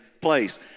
place